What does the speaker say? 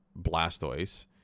Blastoise